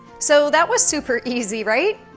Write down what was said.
so that was super-easy, right?